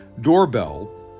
doorbell